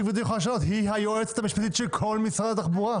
היא היועצת המשפטית של כל משרד התחבורה.